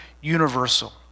universal